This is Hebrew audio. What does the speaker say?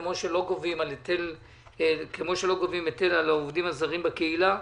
כמו שלא גובים היטל על העובדים הזרים בקהילה,